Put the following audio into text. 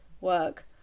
work